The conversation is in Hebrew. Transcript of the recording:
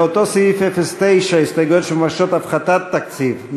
לאותו סעיף, 09, הסתייגויות שמבקשות הפחתת תקציב.